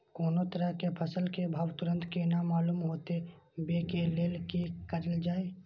कोनो तरह के फसल के भाव तुरंत केना मालूम होते, वे के लेल की करल जाय?